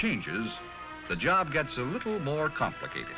changes the job gets a little more complicated